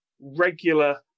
Regular